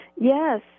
Yes